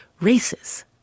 races